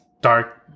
dark